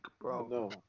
bro